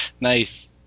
Nice